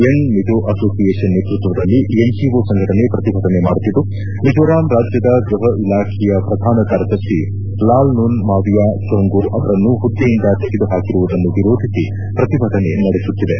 Young Mizo association ನೇತೃತ್ವದಲ್ಲಿ NGO ಸಂಘಟನೆ ಪ್ರತಿಭಟನೆ ಮಾಡುತ್ತಿದ್ದು ಮಿಜೋರಾಂ ರಾಜ್ಕದ ಗೃಹ ಇಲಾಖೆಯ ಪ್ರಧಾನ ಕಾರ್ಯದರ್ಶಿ ಲಾಲ್ನುನ್ ಮಾವಿಯ ಚೌಂಗೊ ಅವರನ್ನು ಪುದ್ದೆಯಿಂದ ತೆಗೆದುಹಾಕಿರುವುದನ್ನು ವಿರೋಧಿಸಿ ಪ್ರತಿಭಟನೆ ನಡೆಸುತ್ತಿವೆ